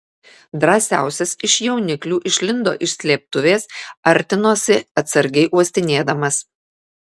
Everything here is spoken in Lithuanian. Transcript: drąsiausias iš jauniklių išlindo iš slėptuvės artinosi atsargiai uostinėdamas